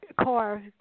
CAR